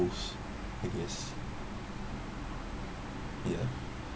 I guess ya